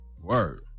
Word